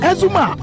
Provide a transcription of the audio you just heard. Ezuma